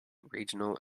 regional